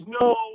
no